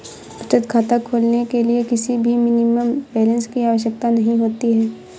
बचत खाता खोलने के लिए किसी भी मिनिमम बैलेंस की आवश्यकता नहीं होती है